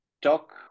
talk